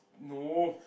no